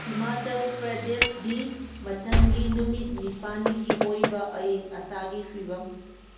ꯍꯤꯃꯥꯆꯜ ꯄ꯭ꯔꯗꯦꯁ ꯒꯤ ꯃꯊꯪꯒꯤ ꯅꯨꯃꯤꯠ ꯅꯤꯄꯥꯜꯅꯤꯒꯤ ꯑꯣꯏꯕ ꯑꯏꯪ ꯑꯁꯥꯒꯤ ꯐꯤꯕꯝ